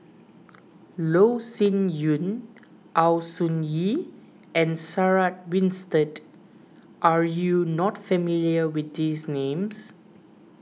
Loh Sin Yun Au Hing Yee and Sarah Winstedt are you not familiar with these names